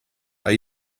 are